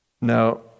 Now